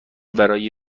برای